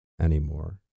anymore